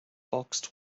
boxed